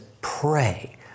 pray